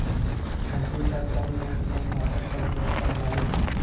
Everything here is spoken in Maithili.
भारतीय कर कानून एवं नियम भारतक सब लोकपर लागू छै